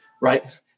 right